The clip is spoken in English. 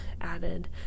added